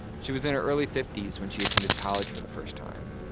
she was in her early fifty s when she attended college for the first time.